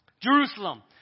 Jerusalem